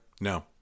No